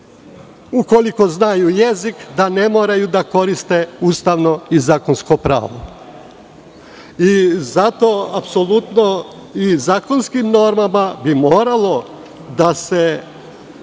ukoliko znaju jezik da ne moraju da koriste ustavno i zakonsko pravo. Zato zakonskim normama bi moralo da se